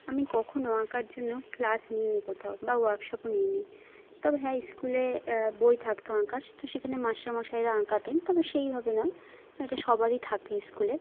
আমি কখনও আঁকার জন্য ক্লাস নিইনি কোথাও বা ওয়ার্কশপও নিইনি তবে হ্যাঁ স্কুলে বই থাকত আঁকার তো সেখানে মাস্টারমশাইরা আঁকাতেন তবে সেইভাবে না কারণ এটা সবারই থাকে স্কুলে